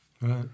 Right